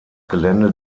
gelände